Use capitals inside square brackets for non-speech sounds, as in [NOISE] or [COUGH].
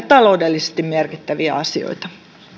[UNINTELLIGIBLE] taloudellisesti merkittäviä asioita